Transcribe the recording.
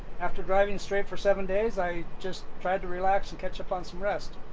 after driving straight for seven days, i just tried to relax and catch up on some rest.